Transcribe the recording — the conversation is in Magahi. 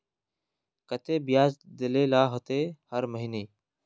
केते बियाज देल ला होते हर महीने?